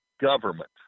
government